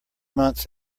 months